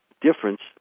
difference